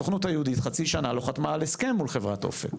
כי הסוכנות היהודית חצי שנה לא חתמה על הסכם מול חברת אופק.